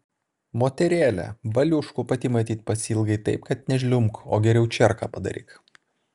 moterėle baliuškų pati matyt pasiilgai taip kad nežliumbk o geriau čierką padaryk